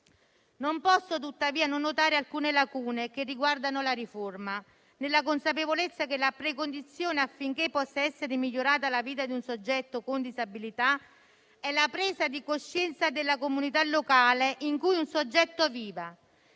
Non posso tuttavia non notare alcune lacune che riguardano la riforma, nella consapevolezza che la precondizione affinché possa essere migliorata la vita di un soggetto con disabilità è la presa di coscienza della comunità locale in cui un soggetto vive